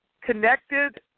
connected